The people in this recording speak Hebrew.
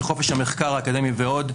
בחופש המחקר האקדמי ועוד.